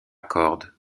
cordes